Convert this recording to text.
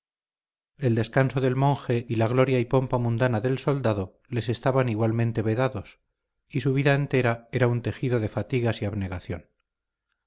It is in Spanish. el descanso del monje y la gloria y pompa mundana del soldado les estaban igualmente vedados y su vida entera era un tejido de fatigas y abnegación